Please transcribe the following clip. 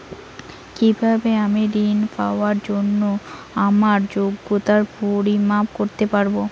কিভাবে আমি ঋন পাওয়ার জন্য আমার যোগ্যতার পরিমাপ করতে পারব?